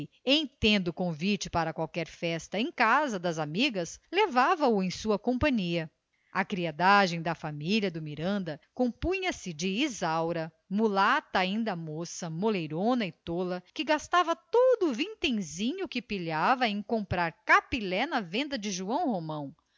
em tendo convite para qualquer festa em casa das amigas levava-o em sua companhia a criadagem da família do miranda compunha-se de isaura mulata ainda moça moleirona e tola que gastava todo o vintenzinho que pilhava em comprar capilé na venda de joão romão